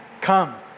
come